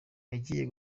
yagiye